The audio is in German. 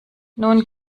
nun